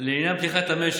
לא הצליחו להרוויח.